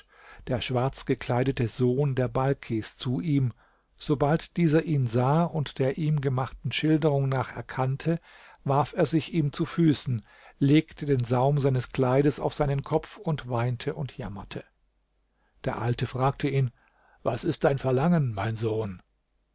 der schwarzgekleidete sohn der balkis zu ihm sobald dieser ihn sah und der ihm gemachten schilderung nach erkannte warf er sich ihm zu füßen legte den saum seines kleides auf seinen kopf und weinte und jammerte der alte fragte ihn was ist dein verlangen mein sohn